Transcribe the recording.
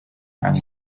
and